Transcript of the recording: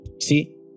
see